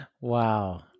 Wow